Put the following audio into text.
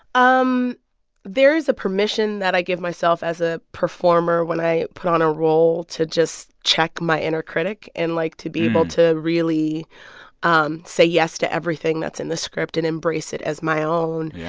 um there's a permission that i give myself as a performer when i put on a role to just check my inner critic and, like, to be able to really um say yes to everything that's in the script and embrace it as my own. yeah.